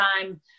time